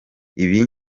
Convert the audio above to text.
ibi